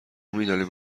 میدانیم